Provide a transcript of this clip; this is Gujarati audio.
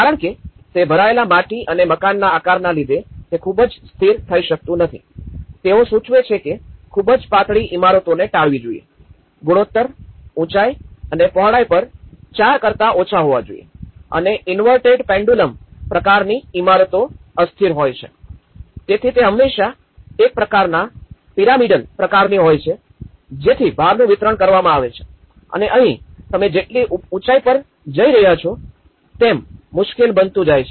કારણ કે આ ભરાયેલા માટી અને મકાનના આકારને લીધે તે ખૂબ જ સ્થિર થઈ શકતું નથી તેઓ સૂચવે છે કે ખૂબ જ પાતળી ઇમારતને ટાળવી જોઈએ ગુણોત્તર ઉંચાઈ અને પહોળાઈ પણ ચાર કરતા ઓછા હોવા જોઈએ અને ઈન્વર્ટેડ પ્રકારની ઇમારતો અસ્થિર હોય છે તેથી તે હંમેશાં એક પ્રકારનાં પિરામિડલ પ્રકારની હોય છે જેથી ભારનું વિતરણ કરવામાં આવે છે અને અહીં તમે જેટલી ઉંચાઈ પર જઈ રહ્યા છો તે મુશ્કેલ બનતું જાય છે